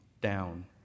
down